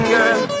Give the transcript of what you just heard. Girl